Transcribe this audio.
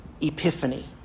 epiphany